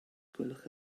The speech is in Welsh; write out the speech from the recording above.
gwelwch